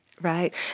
Right